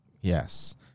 Yes